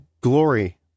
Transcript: glory